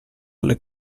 alle